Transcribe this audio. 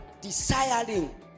desiring